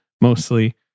mostly